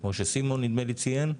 כמו שסימון נדמה לי ציין.